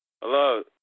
Hello